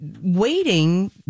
waiting